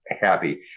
happy